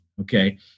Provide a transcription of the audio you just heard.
Okay